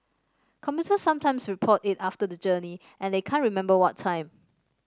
commuters sometimes report it after the journey and they can't remember what time